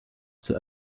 zur